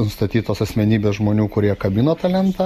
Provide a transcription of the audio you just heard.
nustatytos asmenybės žmonių kurie kabino tą lentą